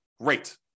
great